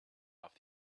off